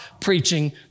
preaching